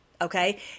Okay